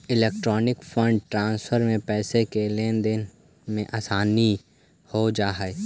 electronic fund transfer से पैसे की लेन देन में काफी आसानी हो जा हई